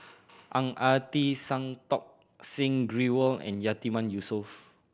Ang Ah Tee Santokh Singh Grewal and Yatiman Yusof